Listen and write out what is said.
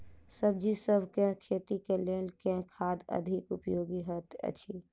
सब्जीसभ केँ खेती केँ लेल केँ खाद अधिक उपयोगी हएत अछि?